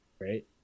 right